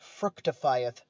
fructifieth